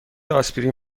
آسپرین